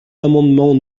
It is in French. l’amendement